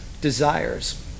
desires